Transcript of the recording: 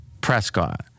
Prescott